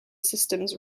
systems